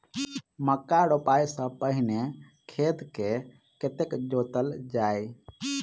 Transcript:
मक्का रोपाइ सँ पहिने खेत केँ कतेक जोतल जाए?